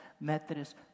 Methodist